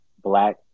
Black